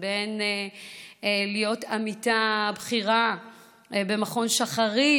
ובין בלהיות עמיתה בכירה במכון שחרית,